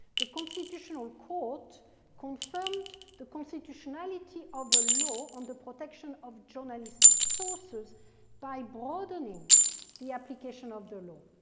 the constitutional court confirmed the constitutionality of a law on the protection of journalists' sources by broadening the application of the law,